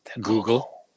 Google